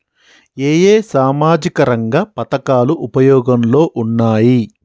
ఏ ఏ సామాజిక రంగ పథకాలు ఉపయోగంలో ఉన్నాయి?